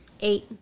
Eight